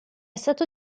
stato